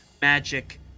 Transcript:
magic